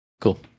Cool